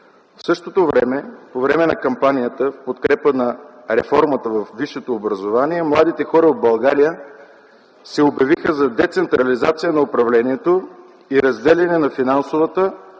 Охридски”. По време на кампанията в подкрепа на реформата във висшето образование младите хора в България се обявиха за децентрализация на управлението и разделяне на финансовата